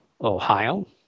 Ohio